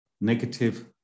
negative